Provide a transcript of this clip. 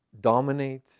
dominate